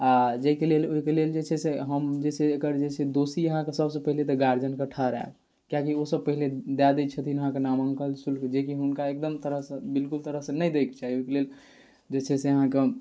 आओर जाहिके लेल ओहिकेलेल जे छै से हम जे छै से एकर जे छै से दोषी अहाँके सबसँ पहिले तऽ गार्जिअनके ठहराएब किएकि ओसभ पहिले दऽ दै छथिन अहाँके नामाङ्कन शुल्क जेकि हुनका एकदम तरहसँ बिलकुल तरहसँ नहि दैके चाही ओहिकेलेल जे छै से अहाँके